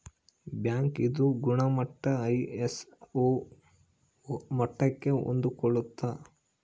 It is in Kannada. ಬ್ಯಾಂಕ್ ಇಂದು ಗುಣಮಟ್ಟ ಐ.ಎಸ್.ಒ ಮಟ್ಟಕ್ಕೆ ಹೊಂದ್ಕೊಳ್ಳುತ್ತ